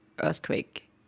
earthquake